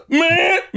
man